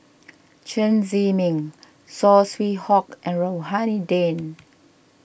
Chen Zhiming Saw Swee Hock and Rohani Din